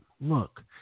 look